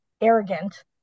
arrogant